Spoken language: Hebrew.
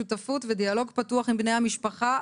שותפות ודיאלוג פתוח עם בני המשפחה,